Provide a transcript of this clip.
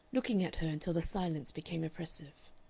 looking at her until the silence became oppressive.